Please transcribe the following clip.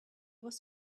was